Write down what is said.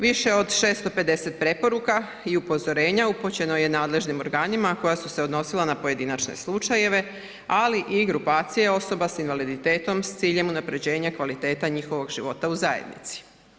Više od 650 preporuka i upozorenja upućeno je nadležnim organima koje su se odnosila na pojedinačne slučajeve, ali i grupacija osoba s invaliditetom s ciljem unapređenja kvaliteta njihovog života u zajednici.